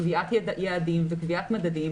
קביעת יעדים וקביעת מדדים.